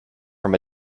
from